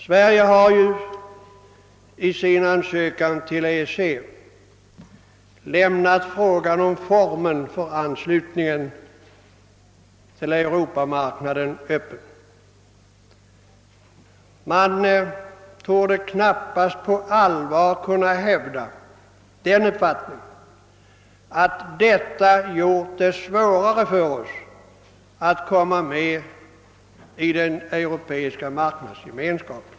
Sverige har i sin ansökan till EEC lämnat frågan om formen för anslutningen till Europamarknaden öppen. På allvar torde knappast den uppfattningen kunna hävdas att detta förhållande gjort det svårare för oss att komma med i den europeiska marknadsgemenskapen.